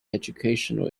educational